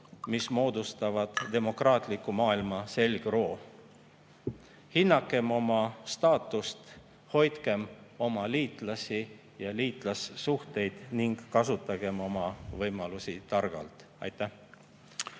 mis moodustavad demokraatliku maailma selgroo. Hinnakem oma staatust, hoidkem oma liitlasi ja liitlassuhteid ning kasutagem oma võimalusi targalt! Aitäh!